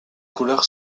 couleur